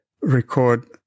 record